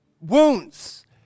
wounds